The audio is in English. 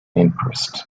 interest